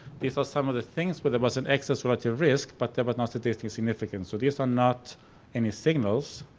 these are some of the things where there was an excess relative risk but there was not statistic significance so these are not any signals